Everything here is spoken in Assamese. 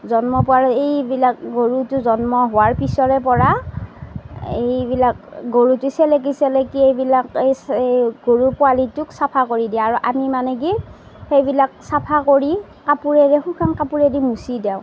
জন্ম পোৱাৰ এইবিলাক গৰুটো জন্ম হোৱাৰ পিছৰে পৰা এইবিলাক গৰুটো চেলেকি চেলেকি এইবিলাক এই চা এই গৰু পোৱালিটোক চাফা কৰি দিয়ে আৰু আমি মানে কি সেইবিলাক চাফা কৰি কাপোৰেৰে শুকান কাপোৰেদি মুচি দিওঁ